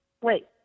Wait